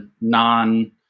non